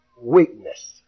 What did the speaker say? weakness